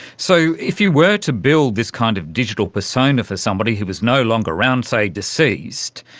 so if you were to build this kind of digital persona for somebody who was no longer around, say deceased,